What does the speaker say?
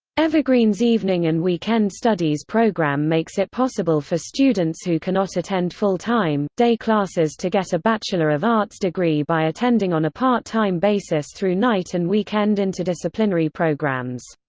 evergreen's evening and weekend studies program makes it possible for students who cannot attend full-time, day classes to get a bachelor of arts degree by attending on a part-time basis through night and weekend interdisciplinary programs.